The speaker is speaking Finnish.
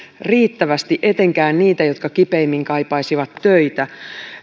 riittävästi etenkään niitä jotka kipeimmin kaipaisivat töitä